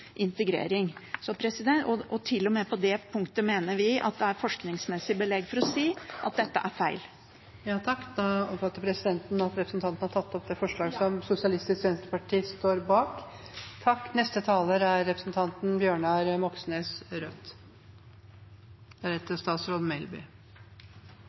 og med på det punktet mener vi at det er forskningsmessig belegg for å si at dette er feil. Vil representanten ta opp SVs forslag? Ja. Da har representanten Karin Andersen tatt opp det forslaget